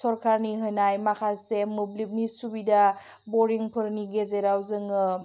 सरकारनि होनाय माखासे मोब्लिबनि सुबिदा बरिंफोरनि गेजेराव जोङो